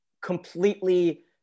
completely